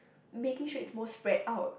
making sure it's more spread out